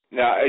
now